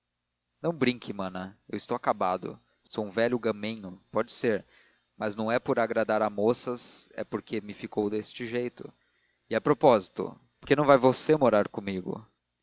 não brinque mana eu estou acabado sou um velho gamenho pode ser mas não é por agradar a moças é porque me ficou este jeito e a propósito por que não vai você morar comigo